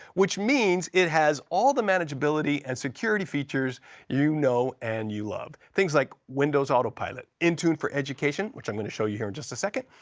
which means it has all of the manageability and security features you know and you love, things like windows autopilot, intune for education, which i'm gonna show you here in just a second,